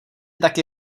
taky